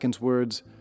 words